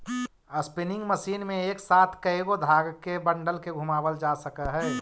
spinning machine में एक साथ कएगो धाग के बंडल के घुमावाल जा सकऽ हई